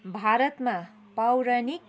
भारतमा पौराणिक